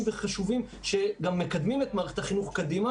וחשובים שגם מקדמים את מערכת החינוך קדימה.